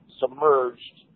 submerged